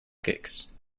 cakes